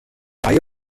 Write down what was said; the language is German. reihe